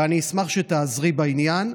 ואני אשמח שתעזרי בעניין.